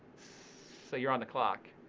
so you're on the clock.